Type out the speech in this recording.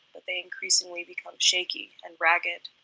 but they increasingly become shaky and ragged.